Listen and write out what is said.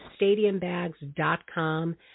stadiumbags.com